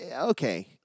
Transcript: okay